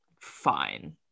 fine